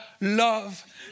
love